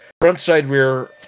front-side-rear